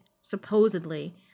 supposedly